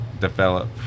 develop